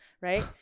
right